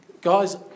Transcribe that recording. guys